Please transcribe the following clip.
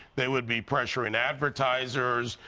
they would be pressuring advertisers.